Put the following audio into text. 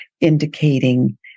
indicating